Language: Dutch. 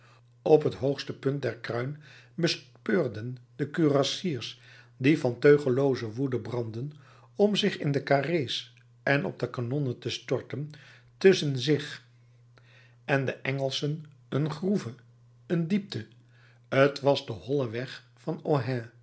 op het hoogste punt der kruin bespeurden de kurassiers die van teugellooze woede brandden om zich in de carré's en op de kanonnen te storten tusschen zich en de engelschen een groeve een diepte t was de holle weg van